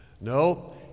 No